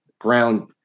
Ground